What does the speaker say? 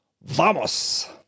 Vamos